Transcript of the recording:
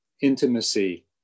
intimacy